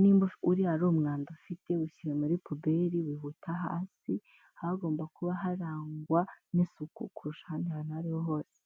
nimba uriya ari umwanda ufite, ushyire muri puberi wihuta hasi, haba hagomba kuba harangwa n'isuku kurusha ahandi hantu ariho hose.